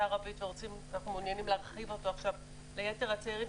הערבית ואנחנו מעוניינים להרחיב אותו עכשיו ליתר הצעירים,